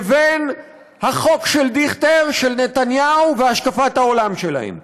לבין החוק של דיכטר, נתניהו והשקפת העולם שלהם.